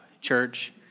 church